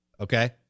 Okay